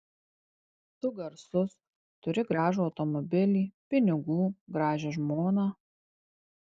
tu garsus turi gražų automobilį pinigų gražią žmoną